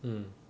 mm